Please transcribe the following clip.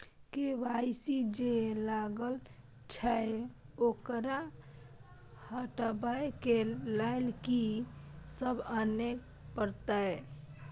KYC जे लागल छै ओकरा हटाबै के लैल की सब आने परतै?